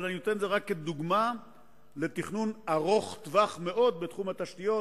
אבל אני נותן את זה רק כדוגמה לתכנון ארוך טווח מאוד בתחום התשתיות,